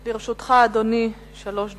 לרשותך, אדוני, שלוש דקות.